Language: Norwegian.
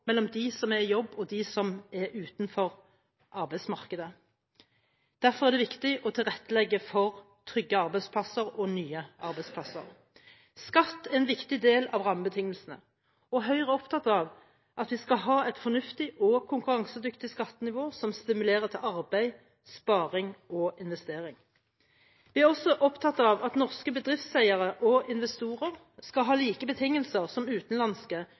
mellom dem som er i jobb, og dem som er utenfor arbeidsmarkedet. Derfor er det viktig å tilrettelegge for trygge arbeidsplasser og nye arbeidsplasser. Skatt er en viktig del av rammebetingelsene. Høyre er opptatt av at vi skal ha et fornuftig og konkurransedyktig skattenivå, som stimulerer til arbeid, sparing og investering. Vi er også opptatt av at norske bedriftseiere og investorer skal ha like betingelser som utenlandske,